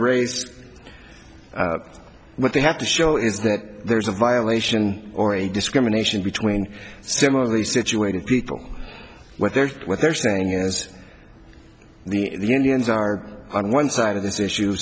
race what they have to show is that there's a violation or a discrimination between similarly situated people what they're what they're saying is the unions are on one side of this issue